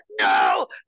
No